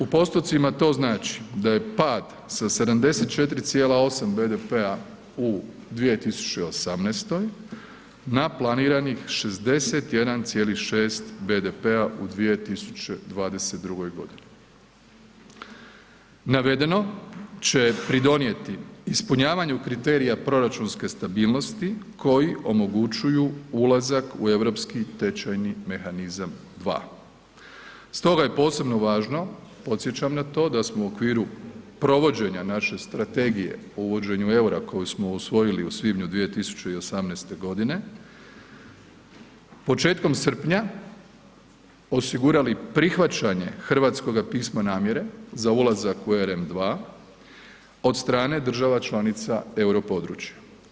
U postocima to znači da je pad sa 74,8 BDP-a u 2018. na planiranih 61,6 BDP-a u 2022.g. Navedeno će pridonijeti ispunjavanju kriterija proračunske stabilnosti koji omogućuju ulazak u Europski tečajni mehanizam 2. Stoga je posebno važno, podsjećam na to da smo u okviru provođenja naše strategije o uvođenju EUR-a koji smo usvojili u svibnju 2018.g., početkom srpnja osigurali prihvaćanje hrvatskoga pisma namjere za ulazak u EREM2 od strane država članica europodručja.